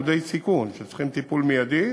אלה אותם מוקדי סיכון שצריכים טיפול מיידי,